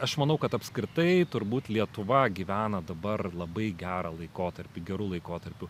aš manau kad apskritai turbūt lietuva gyvena dabar labai gerą laikotarpį geru laikotarpiu